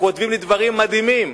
שכותבים לי דברים מדהימים,